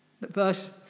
Verse